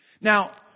Now